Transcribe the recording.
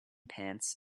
pants